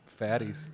fatties